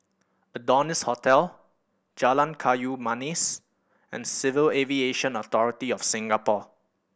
Adonis Hotel Jalan Kayu Manis and Civil Aviation Authority of Singapore